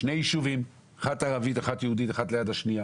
שני יישובים, אחד ערבי, אחד יהודי, אחד ליד השני.